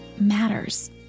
matters